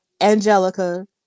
Angelica